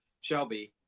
Shelby